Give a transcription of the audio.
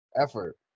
Effort